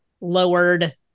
lowered